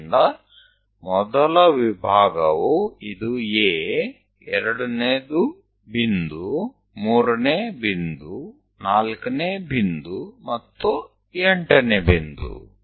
ಆದ್ದರಿಂದ ಮೊದಲ ವಿಭಾಗವು ಇದು A ಎರಡನೇ ಬಿಂದು ಮೂರನೇ ಬಿಂದು ನಾಲ್ಕನೇ ಬಿಂದು ಮತ್ತು ಎಂಟನೇ ಬಿಂದು